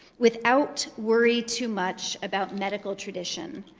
without worry too much about medical tradition.